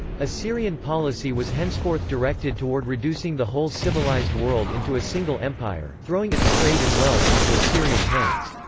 assyrian policy was henceforth directed toward reducing the whole civilized world into a single empire, throwing its trade and wealth into assyrian hands.